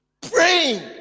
praying